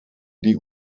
die